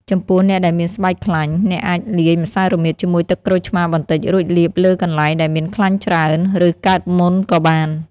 ចំពោះអ្នកដែលមានស្បែកខ្លាញ់ អ្នកអាចលាយម្សៅរមៀតជាមួយទឹកក្រូចឆ្មារបន្តិច រួចលាបលើកន្លែងដែលមានខ្លាញ់ច្រើន ឬកើតមុនក៏បាន។